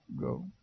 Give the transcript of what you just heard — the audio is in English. go